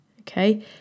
okay